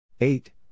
Eight